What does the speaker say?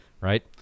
right